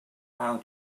how